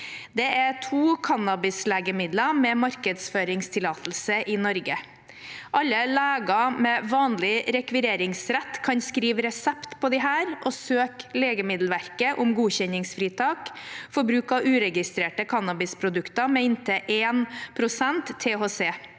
Det er to cannabislegemidler med markedsføringstillatelse i Norge. Alle leger med vanlig rekvireringsrett kan skrive ut resept på disse og søke Legemiddelverket om godkjenningsfritak for bruk av uregistrerte cannabisprodukter med inntil 1 pst.